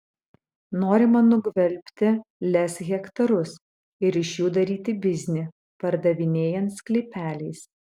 norima nugvelbti lez hektarus ir iš jų daryti biznį pardavinėjant sklypeliais